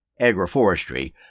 Agroforestry